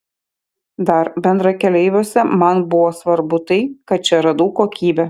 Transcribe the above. dar bendrakeleiviuose man buvo svarbu tai kad čia radau kokybę